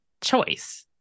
choice